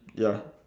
ya